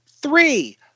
three